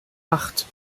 acht